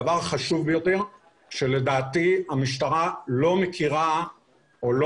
הדבר החשוב ביותר הוא שלדעתי המשטרה לא מכירה או לא